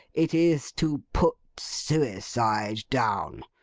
it is to put suicide down.